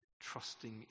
trusting